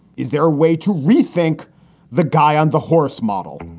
is there a way to rethink the guy on the horse model?